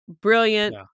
Brilliant